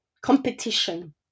competition